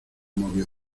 movió